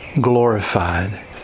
glorified